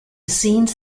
scenes